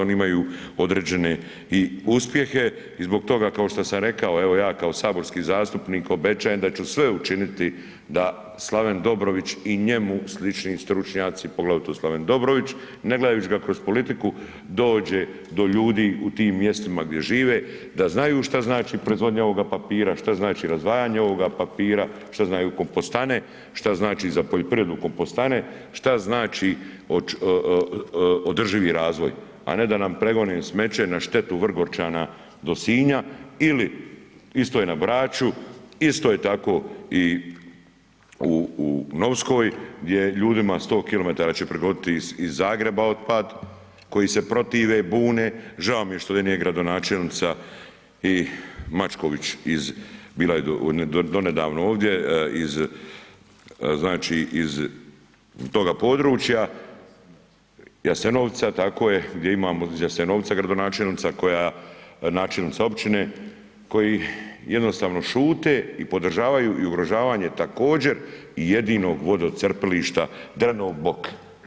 Oni imaju određene i uspjehe i zbog toga kao što sam rekao, evo, ja kao saborski zastupnik obećajem da ću sve učiniti da Slaven Dobrović i njemu slični stručnjaci, poglavito Slaven Dobrović, ne gledajući ga kroz politiku dođe do ljudi u tim mjestima gdje žive, da znaju što znači proizvodnja ovoga papira, što znači razdvajanje ovoga papira, što znaju kompostane, što znači za poljoprivredu kompostane, što znači održivi razvoj a ne da nam prevoze smeće na štetu Vrgorčana do Sinja ili isto je na Braču, isto je tako i u Novskoj gdje ljudima 100 km će prevoziti iz Zagreba otpad koji se protive, bune, žao mi je što nije gradonačelnica i Mačković, bila je donedavno ovdje iz toga područja, Jasenovca, tako je, gdje imamo iz Jasenovca gradonačelnica koja načelnica općine, koji jednostavno šute i podržavaju ugrožavanje također i jedinog vodocrpilišta Drenov Bok.